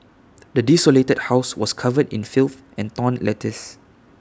the desolated house was covered in filth and torn letters